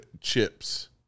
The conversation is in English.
chips